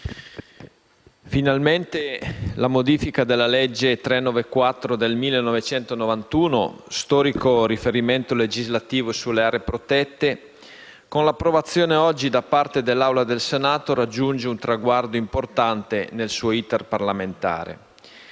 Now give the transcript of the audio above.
finalmente la modifica della legge n. 394 del 1991, storico riferimento legislativo sulle aree protette, con l'approvazione oggi da parte dell'Assemblea del Senato, raggiunge un traguardo importante nel suo *iter* parlamentare.